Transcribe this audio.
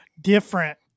different